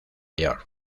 york